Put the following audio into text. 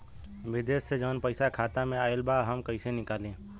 विदेश से जवन पैसा खाता में आईल बा हम कईसे निकाली?